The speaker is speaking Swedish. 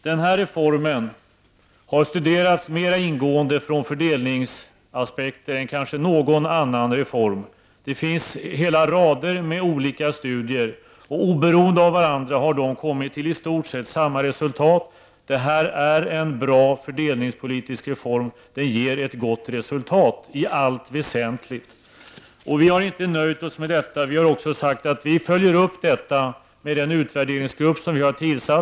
Den här reformen har studerats mer ingående från fördelningsaspekt än kanske någon annan reform. Det finns hela rader av olika studier. Oberoende av varandra har de kommit till i stort sett samma resultat: Detta är en bra fördelningspolitisk reform. Den ger ett gott resultat i allt väsentligt. Vi har inte nöjt oss med detta. Vi har sagt att vi skall följa upp detta med en utvärderingsgrupp, som vi har tillsatt.